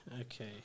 okay